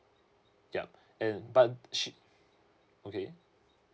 yup and but she okay